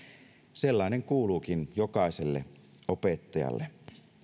sellainen kuuluukin jokaiselle opettajalle